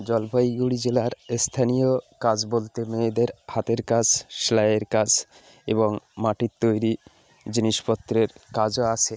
জলপাইগুড়ি জেলার স্থানীয় কাজ বলতে মেয়েদের হাতের কাজ সেলাইয়ের কাজ এবং মাটির তৈরি জিনিসপত্রের কাজও আছে